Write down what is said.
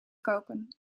koken